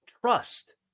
trust